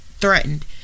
Threatened